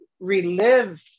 Relive